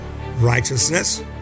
Righteousness